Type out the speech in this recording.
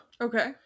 Okay